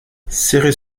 cyrus